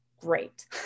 great